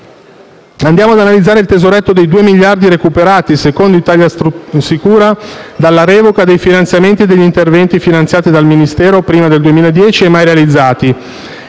Andiamo ad analizzare il tesoretto dei 2 miliardi recuperati, secondo ItaliaSicura, dalla revoca dei finanziamenti e dagli interventi finanziati dal Ministero prima del 2010 e mai realizzati.